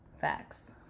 Facts